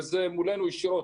וזה מולנו ישירות,